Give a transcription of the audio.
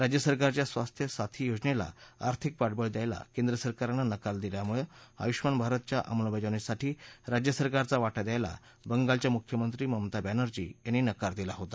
राज्यसरकारच्या स्वास्थ्य साथी योजनेला आर्थिक पाठवळ द्यायला केंद्रसरकारनं नकार दिल्यामुळे आयुष्मान भारतच्या अंमलबजावणीसाठी राज्य सरकारचा वाटा द्यायला बंगालच्या मुख्यमंत्री ममता बॅनर्जी यांनी नकार दिला होता